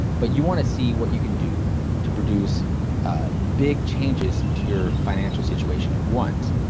but you want to see what you can do to produce big changes to your financial situation at once.